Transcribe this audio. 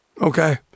Okay